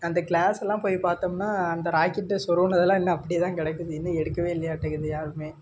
அந்த கிளாஸ் எல்லாம் போய் பார்த்தோம்னா அந்த ராக்கெட்டு சொருகினதெல்லாம் இன்னும் அப்படியேதான் கிடக்குது இன்னும் எடுக்கவே இல்லையாட்டுக்குது யாரும்